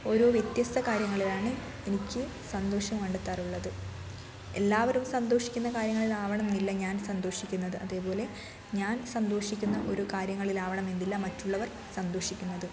ഒരു വ്യത്യസ്ത കാര്യങ്ങളിലാണ് എനിക്ക് സന്തോഷം കണ്ടെത്താറുള്ളത് എല്ലാവരും സന്തോഷിക്കുന്ന കാര്യങ്ങളിലാവണമെന്നില്ല ഞാൻ സന്തോഷിക്കുന്നത് അതേപോലെ ഞാൻ സന്തോഷിക്കുന്ന ഒരു കാര്യങ്ങളിലാവണമെന്നില്ല മറ്റുള്ളവർ സന്തോഷിക്കുന്നത്